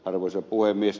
arvoisa puhemies